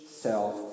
self